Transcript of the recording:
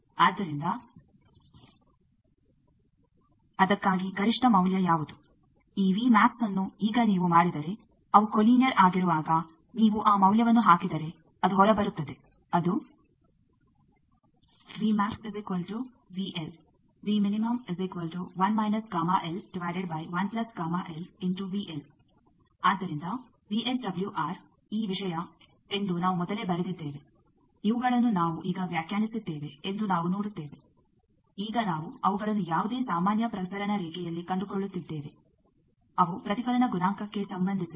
ಆದ್ದರಿಂದ ಅದಕ್ಕಾಗಿ ಗರಿಷ್ಠ ಮೌಲ್ಯ ಯಾವುದು ಈ ಅನ್ನು ಈಗ ನೀವು ಮಾಡಿದರೆ ಅವು ಕೊಲೀನಿಯರ್ ಆಗಿರುವಾಗ ನೀವು ಆ ಮೌಲ್ಯವನ್ನು ಹಾಕಿದರೆ ಅದು ಹೊರಬರುತ್ತದೆ ಅದು ಆದ್ದರಿಂದ ವಿಎಸ್ಡಬ್ಲ್ಯೂಆರ್ ಈ ವಿಷಯ ಎಂದು ನಾವು ಮೊದಲೇ ಬರೆದಿದ್ದೇವೆ ಇವುಗಳನ್ನು ನಾವು ಈಗ ವ್ಯಾಖ್ಯಾನಿಸಿದ್ದೇವೆ ಎಂದು ನಾವು ನೋಡುತ್ತೇವೆ ಈಗ ನಾವು ಅವುಗಳನ್ನು ಯಾವುದೇ ಸಾಮಾನ್ಯ ಪ್ರಸರಣ ರೇಖೆಯಲ್ಲಿ ಕಂಡುಕೊಳ್ಳುತ್ತಿದ್ದೇವೆ ಅವು ಪ್ರತಿಫಲನ ಗುಣಾಂಕಕ್ಕೆ ಸಂಬಂಧಿಸಿವೆ